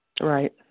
right